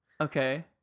okay